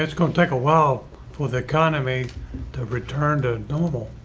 it's gonna take a while for the economy to return to normal.